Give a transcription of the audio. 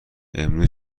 امروز